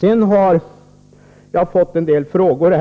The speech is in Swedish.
Det riktades en del frågor